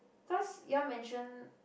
cause you all mention